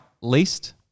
least –